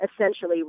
essentially